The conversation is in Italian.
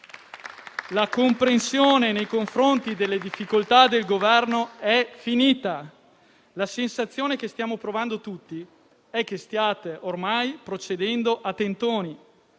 La comprensione nei confronti delle difficoltà del Governo è finita. La sensazione che stiamo provando tutti è che stiate ormai procedendo a tentoni,